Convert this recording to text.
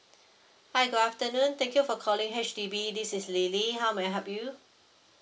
hi good afternoon thank you for calling H_D_B this is lily how may I help you